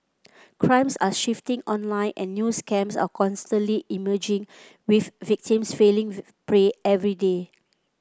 crimes are shifting online and new scams are constantly emerging with victims falling prey every day